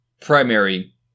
primary